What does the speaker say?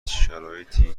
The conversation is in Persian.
شرایطی